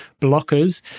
blockers